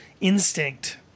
instinct